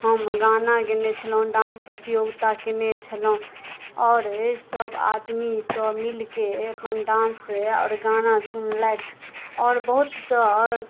हम गाना गेने छलहुॅं डांस प्रतियोगिता कयने छलहुॅं आओर सब आदमीसँ मिलके अपन डान्स आओर गाना सुनलथि आओर बहुत सऽ